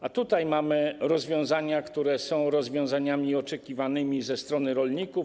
A tutaj mamy rozwiązania, które są rozwiązaniami oczekiwanymi ze strony rolników.